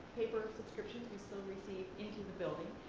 paper subscriptions we still receive into the building,